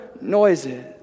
noises